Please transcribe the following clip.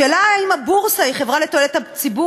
השאלה אם הבורסה היא חברה לתועלת הציבור